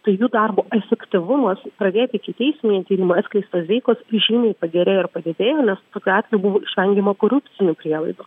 tai jų darbo efektyvumas pradėti ikiteisminiai tyrimai atskleistos veikos žymiai pagerėjo ir padidėjo nes tokiu atveju buvo išvengiama korupcinių prielaidų